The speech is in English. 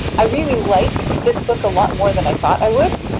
i really like this book a lot more than i thought i would.